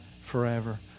forever